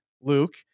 Luke